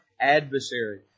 adversary